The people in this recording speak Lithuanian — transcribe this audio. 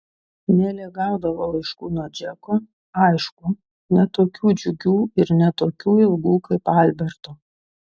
nelė gaudavo laiškų nuo džeko aišku ne tokių džiugių ir ne tokių ilgų kaip alberto